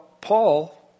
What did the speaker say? Paul